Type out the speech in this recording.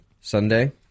Sunday